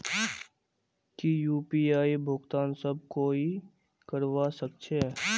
की यु.पी.आई भुगतान सब कोई ई करवा सकछै?